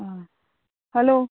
आं हॅलो